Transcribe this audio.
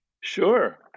sure